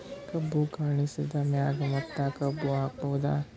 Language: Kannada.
ಕಬ್ಬು ಕಟಾಸಿದ್ ಮ್ಯಾಗ ಮತ್ತ ಕಬ್ಬು ಹಾಕಬಹುದಾ?